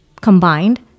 combined